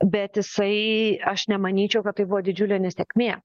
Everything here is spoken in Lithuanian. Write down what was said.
bet jisai aš nemanyčiau kad tai buvo didžiulė nesėkmė